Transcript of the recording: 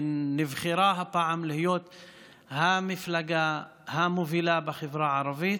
שנבחרה הפעם להיות ה-מפלגה ה-מובילה בחברה הערבית,